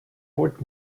what